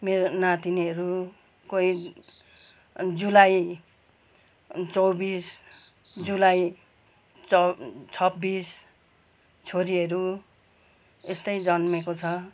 मेरो नातिनीहरू कोही जुलाई चौबिस जुलाई चौ छब्बिस छोरीहरू यस्तै जन्मेको छ